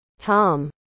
Tom